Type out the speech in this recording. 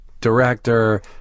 director